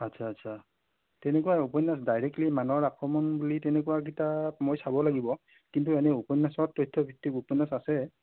আচ্ছা আচ্ছা তেনেকুৱা উপন্যাস ডাইৰেক্টলি মানৰ আক্ৰমণ বুলি তেনেকুৱা কিতাপ মই চাব লাগিব কিন্তু এনে উপন্যাসত তথ্যভিত্তিক উপন্যাস আছে